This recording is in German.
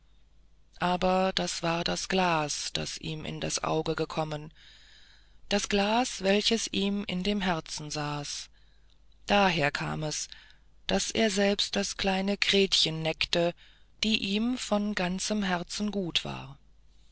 aber das war das glas was ihm in das auge gekommen das glas welches ihm in dem herzen saß daher kam es daß er selbst das kleine gretchen neckte die ihm von ganzem herzen gut war